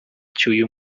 cy’uyu